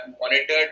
monitored